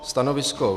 Stanovisko?